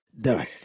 done